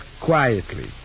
quietly